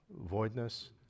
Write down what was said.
voidness